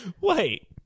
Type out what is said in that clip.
Wait